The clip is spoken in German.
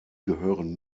gehören